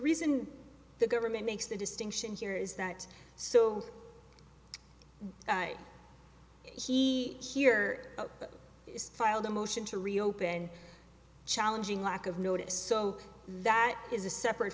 reason the government makes the distinction here is that so he here is filed a motion to reopen challenging lack of notice so that is a separate